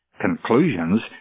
conclusions